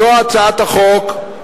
זו הצעת החוק.